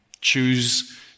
choose